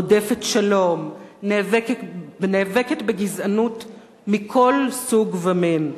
רודפת שלום, נאבקת בגזענות מכל סוג ומין.